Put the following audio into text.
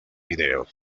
video